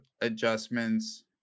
adjustments